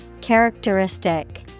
Characteristic